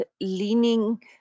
leaning